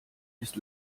ist